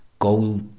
Go